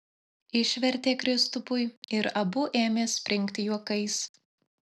išvertė kristupui ir abu ėmė springti juokais